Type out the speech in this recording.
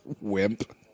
Wimp